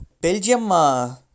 Belgium